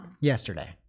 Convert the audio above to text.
Yesterday